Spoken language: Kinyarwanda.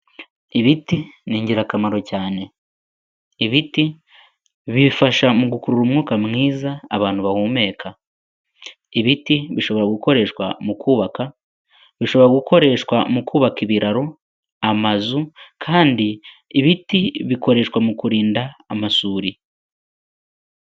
Ibiti ni ingirakamaro cyane. Ibiti bifasha mu gukurura umwuka mwiza abantu bahumeka. Ibiti bishobora gukoreshwa mu kubaka, bishobora gukoreshwa mu kubaka ibiraro, amazu, kandi ibiti bikoreshwa mu kurinda amasuri.